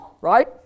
Right